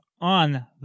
on